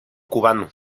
cubano